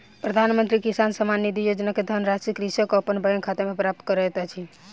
प्रधानमंत्री किसान सम्मान निधि योजना के धनराशि कृषक अपन बैंक खाता में प्राप्त करैत अछि